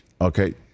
Okay